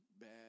bad